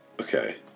Okay